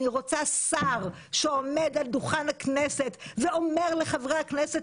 אני רוצה שר שעומד על דוכן הכנסת ואומר לחברי הכנסת